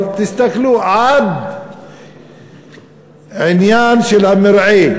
אבל תסתכלו, עד העניין של המרעה,